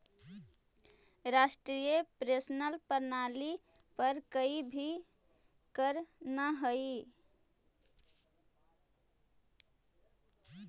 राष्ट्रीय पेंशन प्रणाली पर कोई भी करऽ न हई